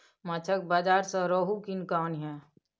माछक बाजार सँ रोहू कीन कय आनिहे